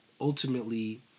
ultimately